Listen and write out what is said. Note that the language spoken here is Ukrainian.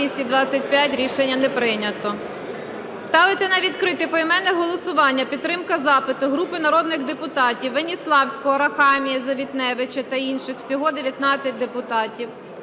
Рішення не прийнято. Ставиться на відкрите поіменне голосування підтримка запиту групи народних депутатів (Веніславського, Арахамії, Завітневича та інших. Всього 19 депутатів)